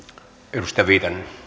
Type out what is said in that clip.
arvoisa